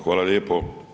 Hvala lijepo.